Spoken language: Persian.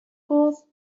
گفت